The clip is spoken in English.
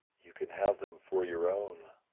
you can have them for your own.